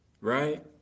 Right